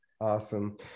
Awesome